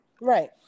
Right